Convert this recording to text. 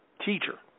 teacher